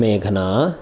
मेघना